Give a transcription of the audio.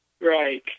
Right